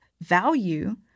value